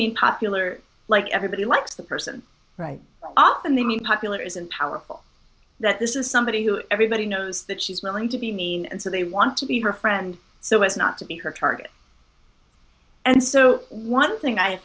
mean popular like everybody likes the person right off the name in popular isn't powerful that this is somebody who everybody knows that she's going to be mean and so they want to be her friend so as not to be her target and so one thing i